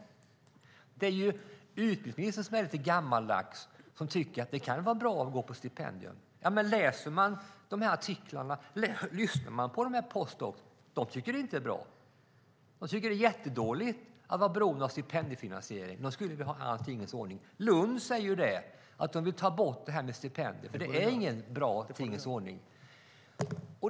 Det är utbildningsministern som är lite gammaldags när han tycker att det kan vara bra att gå på stipendium. Om man läser artiklar och lyssnar på postdoktorerna förstår man att de inte tycker att det är bra. De tycker att det är jättedåligt att vara beroende av stipendiefinansiering. De skulle vilja ha en annan tingens ordning. I Lund säger man att man vill ta bort stipendierna, för det är ingen bra tingens ordning.